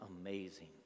amazing